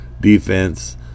defense